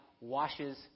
washes